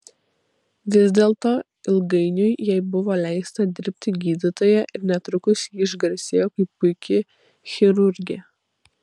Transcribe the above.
vis dėlto ilgainiui jai buvo leista dirbti gydytoja ir netrukus ji išgarsėjo kaip puiki chirurgė